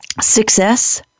Success